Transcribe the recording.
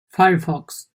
firefox